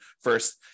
first